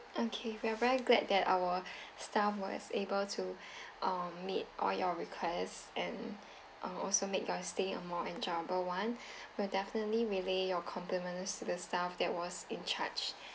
okay we are very glad that our staff was able to um meet all your requests and uh also make your stay a more enjoyable one we'll definitely relay your compliments to the staff that was in charge